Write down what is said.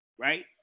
right